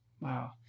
Wow